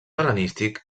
hel·lenístic